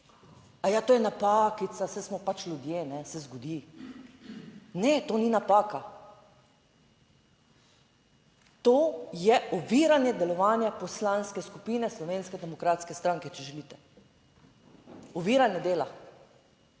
A ja, to je napakica, saj smo pač ljudje. Se zgodi. Ne, to ni napaka, to je oviranje delovanja Poslanske skupine Slovenske demokratske stranke, če želite, oviranje dela,